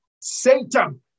Satan